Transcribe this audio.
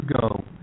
go